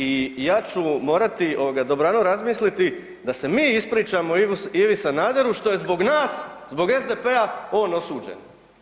I ja ću morati ovoga dobrano razmisliti da se mi ispričamo Ivi Sanderu što je zbog nas, zbog SDP-a on osuđen?